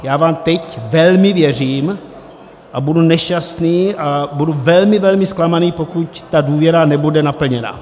Já vám teď velmi věřím a budu nešťastný a velmi, velmi zklamaný, pokud důvěra nebude naplněna.